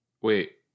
Wait